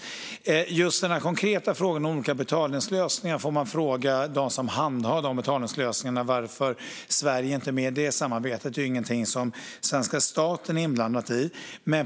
När det gäller den konkreta frågan om olika betalningslösningar får man fråga dem som handhar dessa lösningar om varför Sverige inte är med i samarbetet. Detta är inte något som svenska staten är inblandad i.